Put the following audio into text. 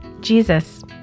Jesus